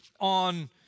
on